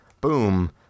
boom